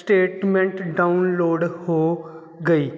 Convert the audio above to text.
statement download ਹੋ ਗਈ